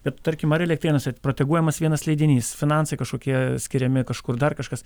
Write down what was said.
bet tarkim ar elektrėnuose proteguojamas vienas leidinys finansai kažkokie skiriami kažkur dar kažkas